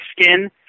skin